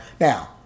Now